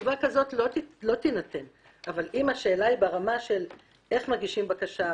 תשובה כזו לא תינתן אבל אם השאלה היא ברמה של איך מגישים בקשה,